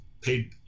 paid